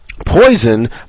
Poison